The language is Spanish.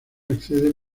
accede